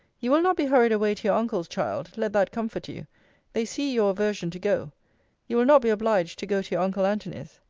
you will not be hurried away to your uncle's, child let that comfort you they see your aversion to go you will not be obliged to go to your uncle antony's.